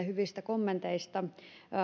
hyvistä kommenteista